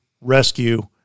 rescue